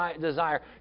desire